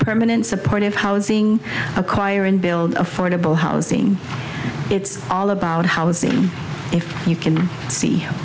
permanent supportive housing acquire and build affordable housing it's all about housing if you can see